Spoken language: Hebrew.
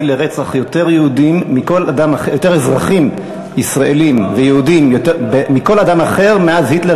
לרצח יותר אזרחים ישראלים ויהודים מכל אדם אחר מאז היטלר,